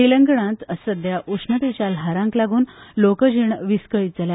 तेलंगणांत सध्या गरमेच्या ल्हाराक लागून लोकजीण विस्कळीत जाल्या